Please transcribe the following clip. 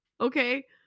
okay